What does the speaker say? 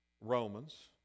Romans